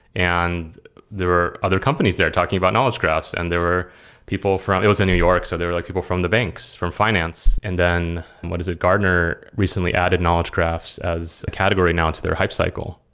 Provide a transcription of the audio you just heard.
and there are other companies, they are talking about knowledge graphs, and there were people from it was new york, so they were like people from the banks, from finance. and then what is it? gartner recently added knowledge graphs as a category now into their hype cycle.